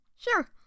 Sure